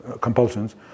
compulsions